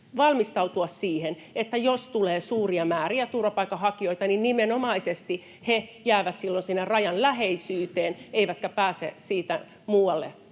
valmistautua siihen, että jos tulee suuria määriä turvapaikanhakijoita, niin nimenomaisesti he jäävät silloin sinne rajan läheisyyteen eivätkä pääse siitä muualle